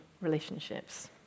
relationships